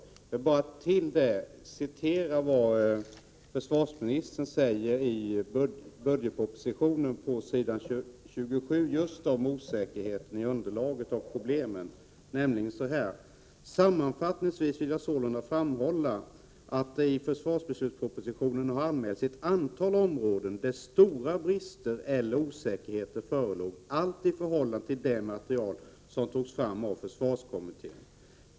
Jag vill bara därutöver citera vad försvarsministern säger på s. 27 i budgetpropositionen om just osäkerheten i underlaget och problemen: ”Sammanfattningsvis vill jag sålunda framhålla att det i försvarsbeslutspropositionen har anmälts att ett antal områden, där stora brister eller osäkerheter förelåg, allt i förhållande till det material som togs fram av försvarskommittén.